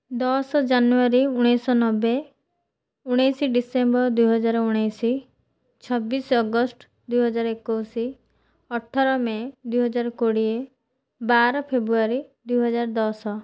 ଦଶ ଜାନୁୟାରୀ ଉଣେଇଶହ ନବେ ଉଣେଇଶ ଡିସେମ୍ବର ଦୁଇହଜାର ଉଣେଇଶହ ଚବିଶ ଅଗଷ୍ଟ ଦୁଇହଜାର ଏକୋଇଶ ଅଠର ମେ ଦୁଇହଜାର କୋଡ଼ିଏ ବାର ଫେବୃଆରୀ ଦୁଇହଜାର ଦଶ